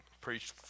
preach